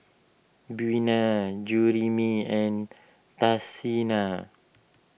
Buena Jerimy and Tashina